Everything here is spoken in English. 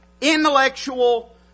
intellectual